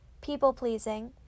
people-pleasing